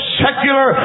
secular